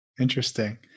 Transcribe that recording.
Interesting